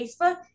Facebook